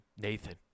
Nathan